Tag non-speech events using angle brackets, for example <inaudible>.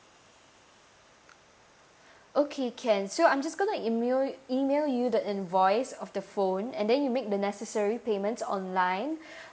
okay can so I'm just going to email email you the invoice of the phone and then you make the necessary payments online <breath>